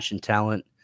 talent